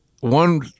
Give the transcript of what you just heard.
one